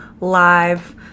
live